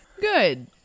Good